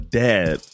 dad